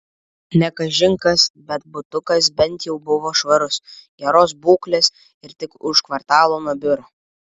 ne kažin kas bet butukas bent jau buvo švarus geros būklės ir tik už kvartalo nuo biuro